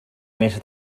més